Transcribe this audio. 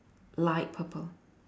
light purple